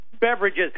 beverages